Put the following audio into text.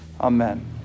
Amen